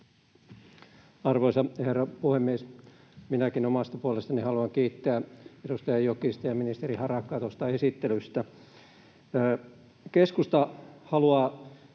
Arvoisa herra puhemies! Minäkin omasta puolestani haluan kiittää edustaja Jokista ja ministeri Harakkaa tuosta esittelystä. Keskusta haluaa